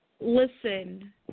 Listen